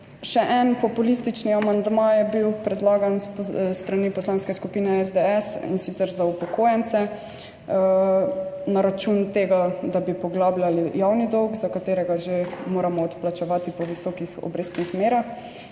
Še en populistični amandma je bil predlagan s strani Poslanske skupine SDS, in sicer za upokojence, na račun tega, da bi poglabljali javni dolg, ki ga že moramo odplačevati po visokih obrestnih merah,